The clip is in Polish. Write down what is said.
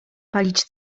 palić